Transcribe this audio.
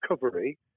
recovery